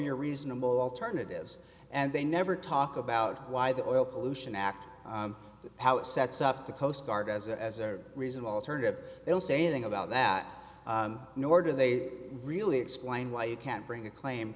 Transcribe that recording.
your reasonable alternatives and they never talk about why the oil pollution act how it sets up the coast guard as a reasonable alternative they'll say anything about that nor do they really explain why you can't bring a claim